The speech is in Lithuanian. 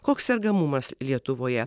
koks sergamumas lietuvoje